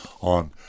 on